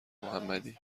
محمدی